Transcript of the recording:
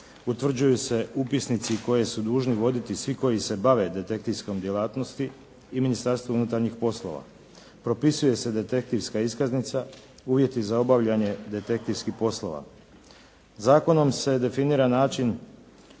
utvrđuju se upisnici koje su dužni voditi svi koji se bave detektivskom djelatnosti i Ministarstvo unutarnjih poslova. Propisuje se detektivska iskaznica, uvjeti za obavljanje detektivskih poslova. Zakonom se definira način